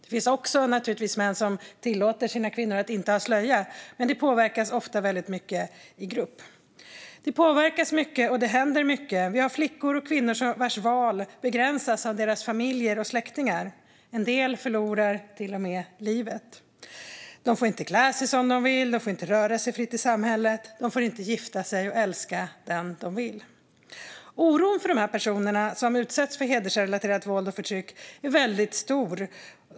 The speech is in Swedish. Det finns naturligtvis också män som tillåter sina kvinnor att inte ha slöja, men de påverkas ofta väldigt mycket i grupp. De påverkas mycket, och det händer mycket. Vi har flickor och kvinnor vars val begränsas av deras familjer och släktingar. En del förlorar till och med livet. De får inte klä sig som de vill, inte röra sig fritt i samhället och inte heller älska och gifta sig med vem de vill. Oron för de personer som utsätts för hedersrelaterat våld och förtryck är väldigt stor.